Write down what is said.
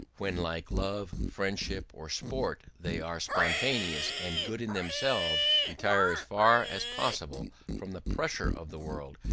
when like love, friendship, or sport they are spontaneous and good in themselves, retire as far as possible from the pressure of the world,